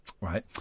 right